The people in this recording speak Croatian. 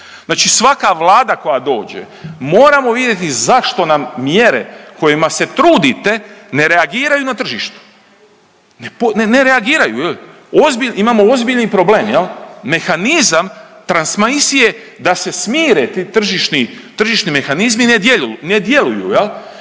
Znači svaka Vlada koja dođe moramo vidjeti zašto nam mjere kojima se trudite ne reagiraju na tržištu, ne reagiraju. Imamo ozbiljni problem. Mehanizam transmisije da se smire ti tržišni mehanizmi ne djeluju